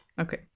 Okay